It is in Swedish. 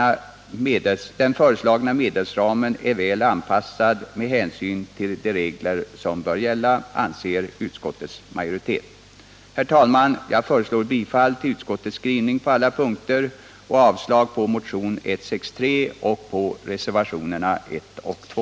Den föreslagna medelsramen är väl avpassad med hänsyn till de regler som bör gälla, anser utskottets majoritet. Herr talman! Jag föreslår bifall till utskottets hemställan på alla punkter och avslag på motionen 163 och reservationerna 1 och 2.